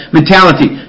mentality